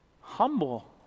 humble